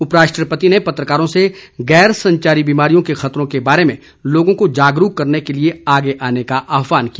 उपराष्ट्रपति ने पत्रकारों से गैर संचारी बीमारियों के खतरों के बारे में लोगों को जागरूक करने के लिए आगे आने का आहवान किया